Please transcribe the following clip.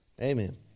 Amen